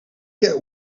get